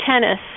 tennis